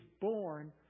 born